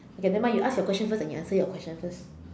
okay nevermind you ask your question and you answer your question first